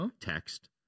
text